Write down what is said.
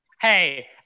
Hey